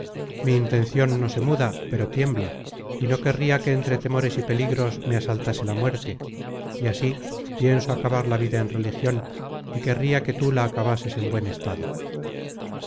mi intencion no se muda pero tiembla y no querria que entre temores y peligros me asaltase la muerte y así pienso acabar la vida en religion y querria que tú la acabases en buen estado